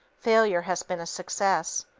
failure has been a success.